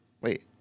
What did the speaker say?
Wait